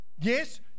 Yes